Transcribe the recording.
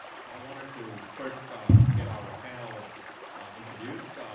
so i wanted to first off, get our panel introduced.